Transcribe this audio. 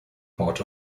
part